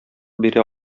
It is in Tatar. бирә